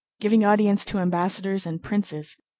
giving audience to embassadors and princes.